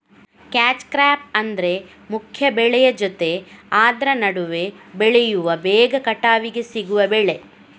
catch crop ಅಂದ್ರೆ ಮುಖ್ಯ ಬೆಳೆಯ ಜೊತೆ ಆದ್ರ ನಡುವೆ ಬೆಳೆಯುವ ಬೇಗ ಕಟಾವಿಗೆ ಸಿಗುವ ಬೆಳೆ